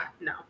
no